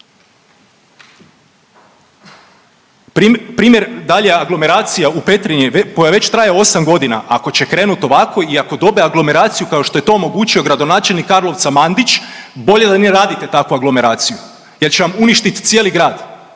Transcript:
Primjer dalje aglomeracija u Petrinji koja već traje 8 godina, ako će krenut ovako i ako dobe aglomeraciju kao što je to omogućio gradonačelnik Karlovca Mandić bolje da ne radite takvu aglomeraciju jer će vam uništiti cijeli grad